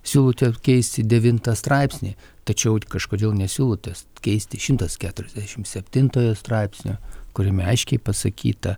siūlote keisti devintą straipsnį tačiau kažkodėl nesiūlot keisti šimtas keturiasdešim septintojo straipsnio kuriame aiškiai pasakyta